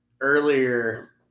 earlier